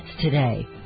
today